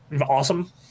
awesome